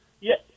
Yes